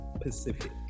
Pacific